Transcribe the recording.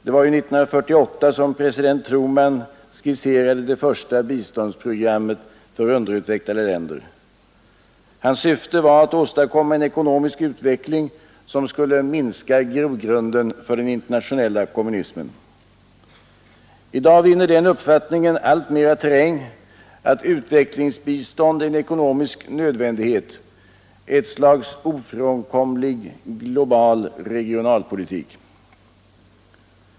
Det var 1948 som president Truman skisserade det första biståndsprogrammet för underutvecklade länder. Hans syfte var då att åstadkomma en ekonomisk utveckling som skulle minska grogrunden för den internationella kommunismen. I dag vinner den uppfattningen alltmera terräng att utvecklingsbistånd är en ekonomisk nödvändighet, ett slags ofrånkomlig global regionalpolitik.